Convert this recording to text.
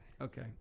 Okay